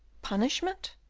punishment?